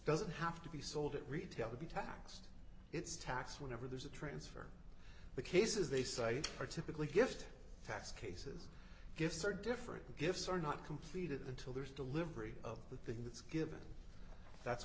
doesn't have to be sold at retail to be taxed it's tax whenever there's a transfer the cases they cite are typically gift tax cases gifts or different gifts are not completed until there's delivery of the thing that's given that's